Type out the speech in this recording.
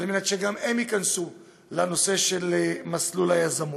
על מנת שגם הם ייכנסו למסלול היזמות.